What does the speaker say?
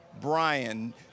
Brian